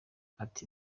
ati